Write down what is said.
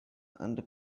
and